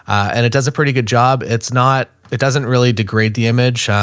and it does a pretty good job. it's not, it doesn't really degrade the image. um,